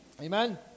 Amen